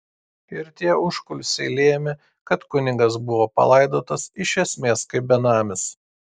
ir tie užkulisiai lėmė kad kunigas buvo palaidotas iš esmės kaip benamis